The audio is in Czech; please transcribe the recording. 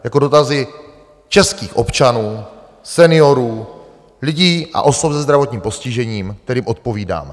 Jako dotazy českých občanů, seniorů, lidí a osob se zdravotním postižením, kterým odpovídáme.